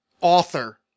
author